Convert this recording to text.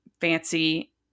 fancy